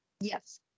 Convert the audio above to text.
Yes